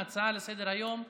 ההצעה לסדר-היום בנושא: